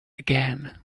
again